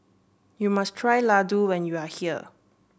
you must try Laddu when you are here